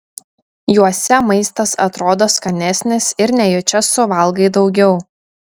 juose maistas atrodo skanesnis ir nejučia suvalgai daugiau